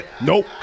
Nope